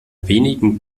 wenigen